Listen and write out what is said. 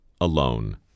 alone